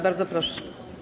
Bardzo proszę.